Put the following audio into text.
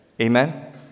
Amen